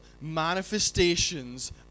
manifestations